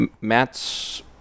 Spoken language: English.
Matt's